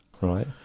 Right